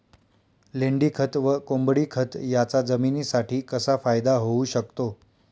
लेंडीखत व कोंबडीखत याचा जमिनीसाठी कसा फायदा होऊ शकतो?